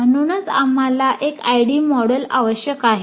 म्हणूनच आम्हाला एक आयडी मॉडेल आवश्यक आहे